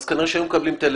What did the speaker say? אז כנראה שהיו מקבלים טלפון.